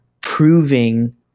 proving